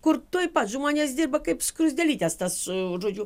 kur tuoj pat žmonės dirba kaip skruzdėlytės tas žodžiu